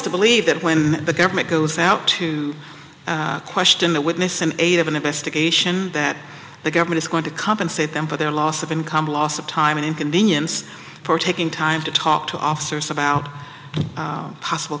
to believe that when the government goes out to question that witness an eighth of an investigation that the government is going to compensate them for their loss of income loss of time and inconvenience for taking time to talk to officers about